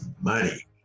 money